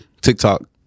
TikTok